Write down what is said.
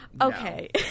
Okay